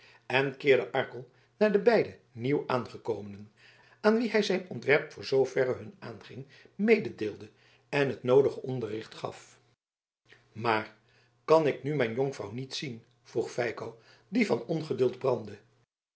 en keerde arkel naar de beide nieuwaangekomenen aan wie hij zijn ontwerp voor zooverre hun aanging mededeelde en het noodige onderricht gaf maar kan ik nu mijn jonkvrouw niet zien vroeg feiko die van ongeduld brandde